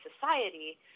society